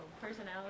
Personality